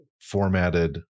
formatted